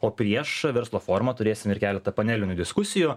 o prieš verslo forumą turėsim ir keletą panelinių diskusijų